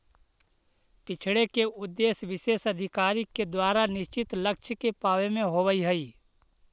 बिछड़े के उद्देश्य विशेष अधिकारी के द्वारा निश्चित लक्ष्य के पावे में होवऽ हई